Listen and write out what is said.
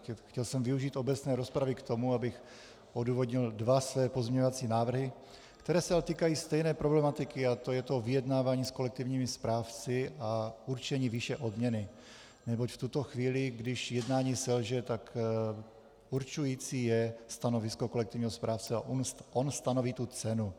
Chtěl jsem využít obecné rozpravy k tomu, abych odůvodnil dva své pozměňovací návrhy, které se dotýkají stejné problematiky, a to je to vyjednávání s kolektivními správci a určení výše odměny, neboť v tuto chvíli, když jednání selže, tak určující je stanovisko kolektivního správce a on stanoví tu cenu.